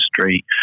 Street